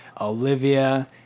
Olivia